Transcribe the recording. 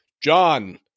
John